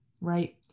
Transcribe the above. right